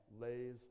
lays